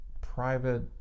private